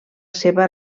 seva